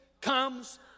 comes